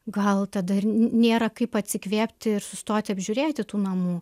gal tada ir nė nėra kaip atsikvėpti ir sustoti apžiūrėti tų namų